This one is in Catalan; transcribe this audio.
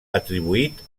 atribuït